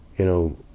you know,